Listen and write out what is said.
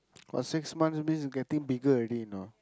got six months means getting bigger already you know